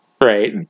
right